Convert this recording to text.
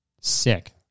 Sick